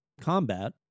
combat